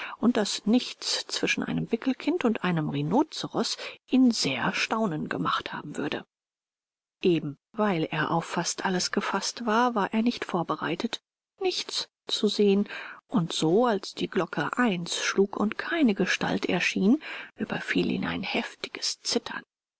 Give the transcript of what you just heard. und daß nichts zwischen einem wickelkind und einem rhinoceros ihn sehr staunen gemacht haben würde eben weil er auf fast alles gefaßt war war er nicht vorbereitet nichts zu sehen und so als die glocke eins schlug und keine gestalt erschien überfiel ihn ein heftiges zittern